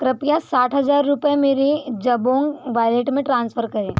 कृपया साठ हज़ार रुपये मेरे जबांग वॉलेट में ट्रान्सफर करें